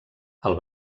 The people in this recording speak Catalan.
els